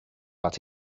but